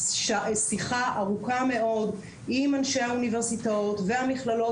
שיחה ארוכה מאוד עם אנשי האוניברסיטאות והמכללות